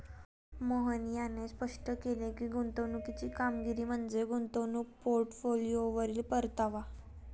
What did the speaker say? मोहन यांनी स्पष्ट केले की, गुंतवणुकीची कामगिरी म्हणजे गुंतवणूक पोर्टफोलिओवरील परतावा